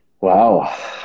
Wow